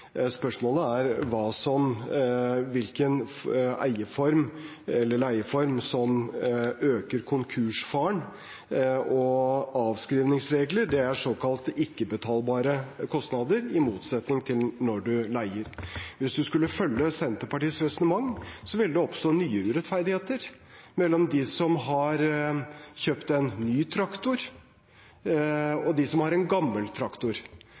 øker konkursfaren. Avskrivningsregler er såkalte ikke-betalbare kostnader, i motsetning til når man leier. Hvis man skulle følge Senterpartiets resonnement, ville det oppstå nye urettferdigheter, mellom dem som har kjøpt en ny traktor, og dem som har en gammel traktor.